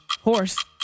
horse